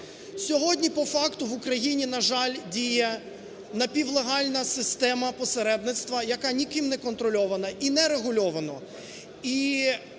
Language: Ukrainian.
Сьогодні по факту в України, на жаль, діє напівлегальна система посередництва, яка ніким не контрольована і нерегульована.